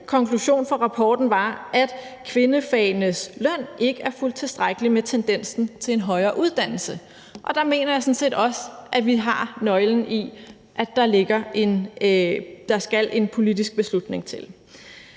konklusion fra rapporten var, at kvindefagenes løn ikke er fulgt tilstrækkeligt med tendensen til en højere uddannelse, og der mener jeg sådan set også, at vi har nøglen til, at der skal en politisk beslutning til.